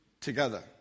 together